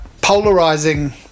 polarizing